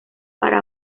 para